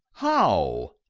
how?